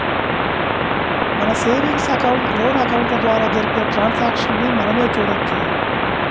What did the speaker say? మన savings account, loan అకౌంట్ల ద్వారా జరిపే ట్రాన్సాక్షన్స్ ని మనమే చూడొచ్చు